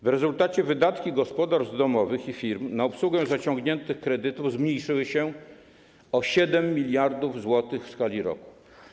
W rezultacie wydatki gospodarstw domowych i firm na obsługę zaciągniętych kredytów zmniejszyły się o 7 mld zł w skali roku.